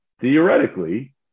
theoretically